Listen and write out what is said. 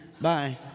Bye